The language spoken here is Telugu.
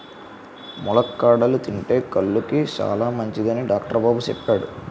ములక్కాడలు తింతే కళ్ళుకి సాలమంచిదని డాక్టరు బాబు సెప్పాడు